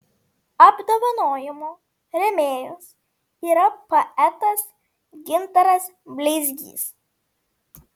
apdovanojimo rėmėjas yra poetas gintaras bleizgys